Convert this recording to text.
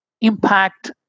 impact